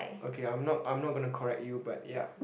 okay I'm not I'm not going to correct you but yup